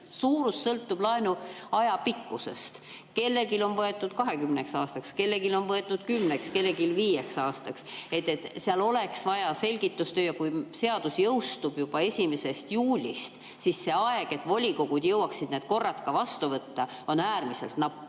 suurus sõltub laenuaja pikkusest. Kellelgi on võetud 20 aastaks, kellelgi on võetud kümneks, kellelgi viieks aastaks. Seal oleks vaja selgitustööd. Kui seadus jõustub 1. juulil, siis see aeg, et volikogud jõuaksid need korrad ka vastu võtta, on äärmiselt napp.